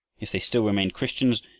if they still remained christians,